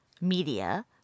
media